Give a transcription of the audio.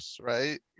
right